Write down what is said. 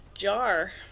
jar